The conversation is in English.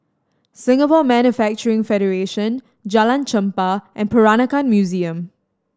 Singapore Manufacturing Federation Jalan Chempah and Peranakan Museum